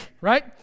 right